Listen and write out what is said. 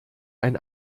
ein